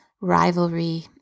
rivalry